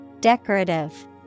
Decorative